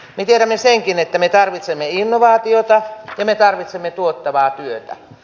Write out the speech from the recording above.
me tiedämme senkin että me tarvitsemme innovaatioita ja me tarvitsemme tuottavaa työtä